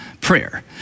prayer